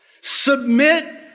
submit